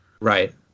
Right